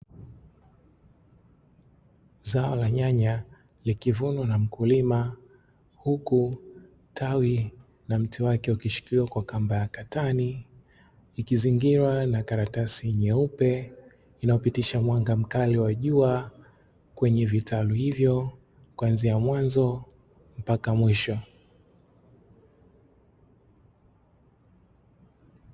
Zao la nyanya likilimwa na mkulima huku tawi na mti wake ukishikiwa kwa kamba ya katani, ikizingirwa na karatasi nyeupe inayopitisha mwanga mkali wa jua kwenye vitalu hivyo kuanzia mwanzo mpaka mwisho.